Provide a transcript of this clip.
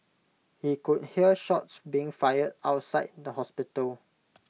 he could hear shots being fired outside the hospital